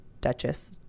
duchess